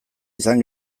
izan